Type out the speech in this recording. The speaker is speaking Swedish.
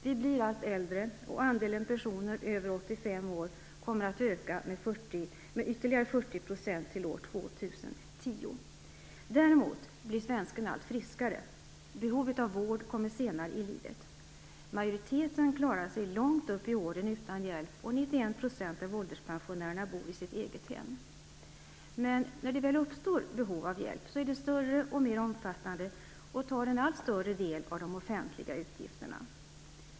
Vi blir allt äldre, och andelen personer över 85 år kommer att öka med ytterligare 40 % till år 2010. Däremot blir svensken allt friskare. Behovet av vård kommer senare i livet. Majoriteten klarar sig långt upp i åren utan hjälp, och 91 % av ålderspensionärerna bor i sitt eget hem. Men när det väl uppstår behov av hjälp, är det större och mer omfattande och tar en allt större del av de offentliga utgifterna.